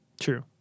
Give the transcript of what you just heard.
True